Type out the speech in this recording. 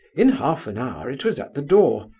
in half an hour it was at the door.